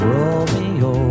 Romeo